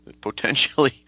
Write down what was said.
potentially